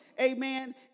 Amen